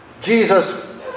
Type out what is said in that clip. Jesus